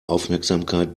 aufmerksamkeit